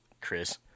Chris